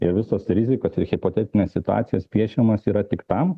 ir visos rizikos ir hipotetinės situacijos piešiamos yra tik tam